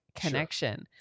connection